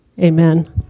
amen